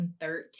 2013